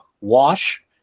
wash